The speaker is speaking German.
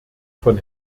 von